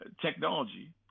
technology